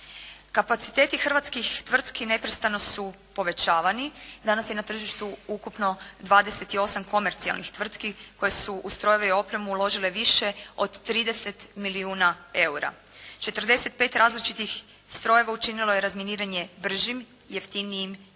Kapaciteti hrvatskih tvrtki neprestano su povećani. Danas je na tržištu ukupno 28 komercijalnih tvrtki koje su u strojeve i opremu uložile više od 30 milijuna eura. 45 različitih strojeva učinilo je razminiranje bržim, jeftinijim i